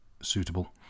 suitable